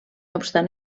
obstant